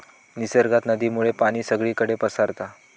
निसर्गात नदीमुळे पाणी सगळीकडे पसारता